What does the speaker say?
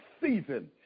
season